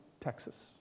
Texas